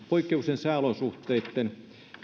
poikkeuksellisten sääolosuhteitten